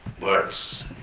words